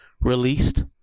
released